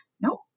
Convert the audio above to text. no